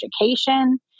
education